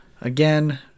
Again